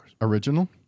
Original